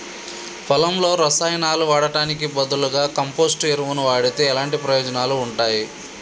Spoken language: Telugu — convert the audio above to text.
పొలంలో రసాయనాలు వాడటానికి బదులుగా కంపోస్ట్ ఎరువును వాడితే ఎలాంటి ప్రయోజనాలు ఉంటాయి?